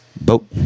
boat